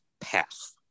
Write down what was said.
path